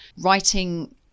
writing